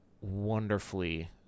wonderfully